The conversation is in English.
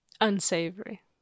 Unsavory